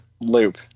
loop